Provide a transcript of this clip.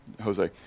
Jose